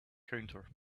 counter